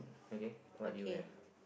okay what you have